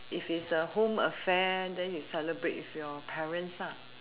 if it's home affair then you celebrate with your parents lah